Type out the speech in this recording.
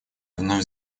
вновь